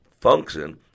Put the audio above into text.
function